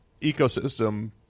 ecosystem